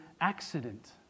accident